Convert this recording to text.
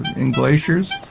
in glaciers,